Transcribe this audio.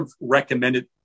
recommended